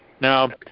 Now